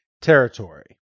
territory